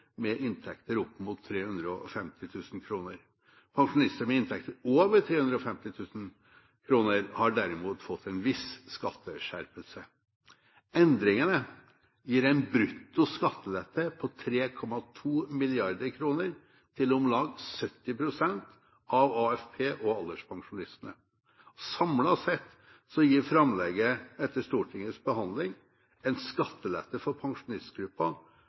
med inntekter opp mot 350 000 kr. Pensjonister med inntekter over 350 000 kr har derimot fått en viss skatteskjerpelse. Endringene gir en brutto skattelette på 3,2 mrd. kr til om lag 70 pst. av AFP- og alderspensjonistene. Samlet sett gir framlegget etter Stortingets behandling en skattelette for